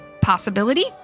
possibility